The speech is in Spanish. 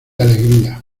alegría